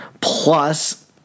plus